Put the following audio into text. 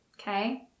Okay